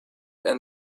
and